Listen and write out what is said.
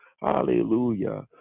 Hallelujah